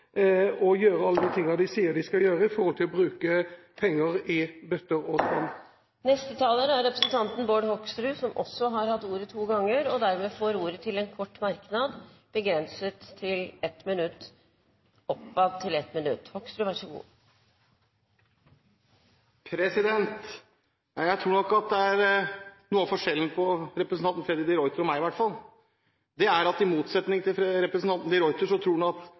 og gjøre alt det de sier de skal gjøre, i forhold til å bruke penger i bøtter og spann. Representanten Bård Hoksrud har hatt ordet to ganger tidligere og får ordet til kort merknad, begrenset til 1 minutt. Jeg tror at i motsetning til meg, tror representanten Freddy de Ruiter at bare det er staten som styrer det, at det er i statlig eller offentlig regi, så blir alt bra. Mitt utgangspunkt er faktisk at